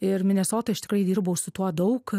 ir minesotoj aš tikrai dirbau su tuo daug